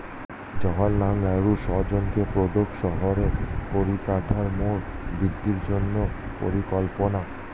জাওহারলাল নেহেরু যোজনা প্রত্যেক শহরের পরিকাঠামোর বৃদ্ধির জন্য পরিকল্পনা